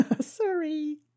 Sorry